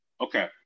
okay